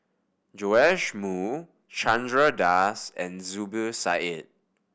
Joash Moo Chandra Das and Zubir Said